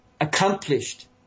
accomplished